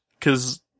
Cause